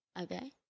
Okay